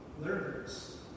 learners